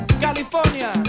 California